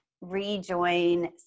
rejoin